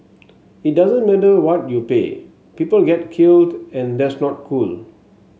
it doesn't matter what you pay people get killed and that's not cool